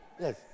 yes